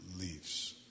leaves